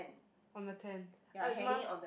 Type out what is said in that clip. on the ten uh my